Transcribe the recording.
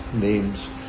names